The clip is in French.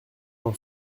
n’en